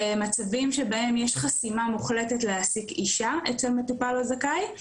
במצבים שבהם יש חסימה מוחלטת להעסיק אישה אצל מטופל או זכאי,